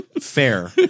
Fair